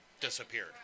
disappeared